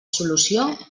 solució